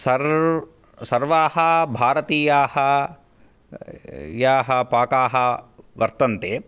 सर्व् सर्वाः भारतीयाः याः पाकाः वर्तन्ते